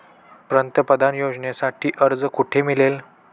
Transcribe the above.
पंतप्रधान योजनेसाठी अर्ज कुठे मिळेल?